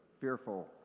fearful